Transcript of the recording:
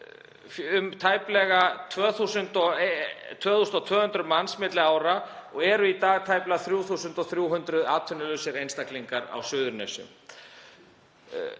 um tæplega 2.200 manns milli ára og eru í dag tæplega 3.300 atvinnulausir einstaklingar á Suðurnesjum.